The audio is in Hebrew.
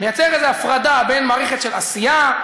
לייצר איזו הפרדה בין מערכת של עשייה,